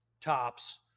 tops